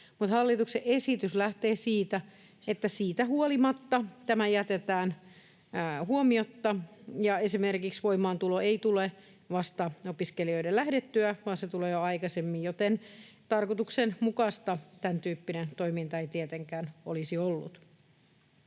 hallituksen esitys lähtee siitä, että siitä huolimatta tämä jätetään huomiotta. Esimerkiksi voimaantulo ei tule vasta opiskelijoiden lähdettyä, vaan se tulee jo aikaisemmin, joten tarkoituksenmukaista tämäntyyppinen toiminta ei tietenkään olisi ollut.